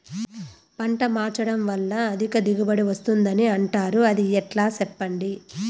పంట మార్చడం వల్ల అధిక దిగుబడి వస్తుందని అంటారు అది ఎట్లా సెప్పండి